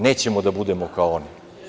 Nećemo da budemo kao oni.